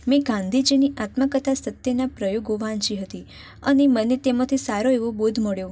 મેં ગાંધીજીની આત્મકથા સત્યના પ્રયોગો વાંચી હતી અને મને તેમાંથી સારો એવો બોધ મળ્યો